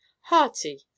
hearty